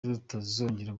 rutazongera